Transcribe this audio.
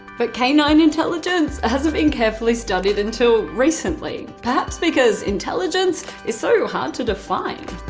but canine intelligence ah hasn't been carefully studied until recently. perhaps because intelligence is so hard to define.